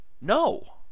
No